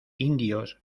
indios